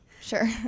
Sure